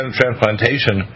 transplantation